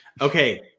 okay